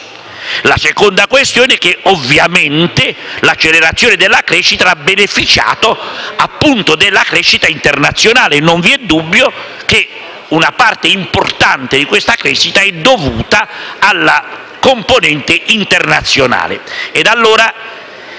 La seconda questione è che, ovviamente, l'accelerazione della crescita ha beneficiato anche della crescita internazionale. Non vi è dubbio che una parte importante di questa crescita sia dovuta alla componente internazionale.